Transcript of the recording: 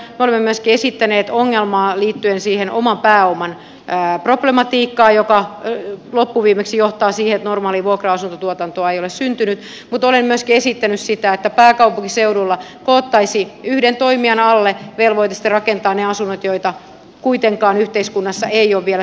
me olemme myöskin esittäneet ratkaisua liittyen siihen oman pääoman problematiikkaan joka loppuviimeksi johtaa siihen että normaalia vuokra asuntotuotantoa ei ole syntynyt mutta olen myöskin esittänyt sitä että pääkaupunkiseudulla koottaisiin yhden toimijan alle velvoite rakentaa ne asunnot joita kuitenkaan yhteiskunnassa ei ole vielä syntynyt